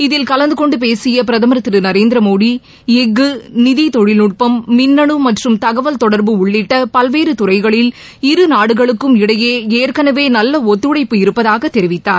இதில் கலந்து கொண்டு பேசிய பிரதமர் திரு நரேந்திர மோடி எஃகு நிதி தொழில்நுட்பம் மின்னனு மற்றும் தகவல் தொடர்பு உள்ளிட்ட பல்வேறு துறைகளில் இரு நாடுகளுக்கும் இடையே ஏற்கனவே நல்ல ஒத்துழைப்பு இருப்பதாக தெரிவித்தார்